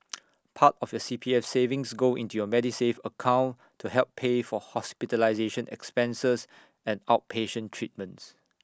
part of your C P F savings go into your Medisave account to help pay for hospitalization expenses and outpatient treatments